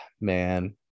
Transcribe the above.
man